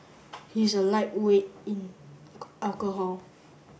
he is a lightweight in alcohol